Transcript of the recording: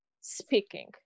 speaking